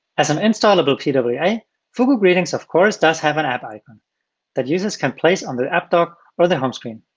as an installable kind of pwa, fugu greetings of course does have an app icon that users can place on their app dock or their home screen.